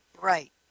Right